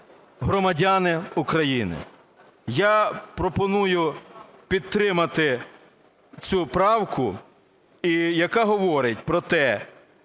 громадяни України? Я пропоную підтримати цю правку, яка говорить про те,